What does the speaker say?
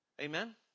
Amen